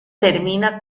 termina